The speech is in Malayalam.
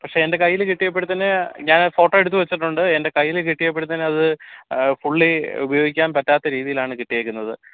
പക്ഷെ എൻ്റെ കയ്യിൽ കിട്ടിയപ്പഴത്തേന് ഞാൻ ഫോട്ടോ എടുത്ത് വച്ചിട്ടുണ്ട് എൻ്റെ കയ്യിൽ കിട്ടിയപ്പഴത്തേന് അത് ഫുള്ളി ഉപയോഗിക്കാൻ പറ്റാത്ത രീതിയിലാണ് കിട്ടിയേക്കുന്നത്